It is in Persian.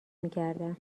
میکردم